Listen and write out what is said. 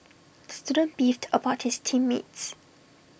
the student beefed about his team mates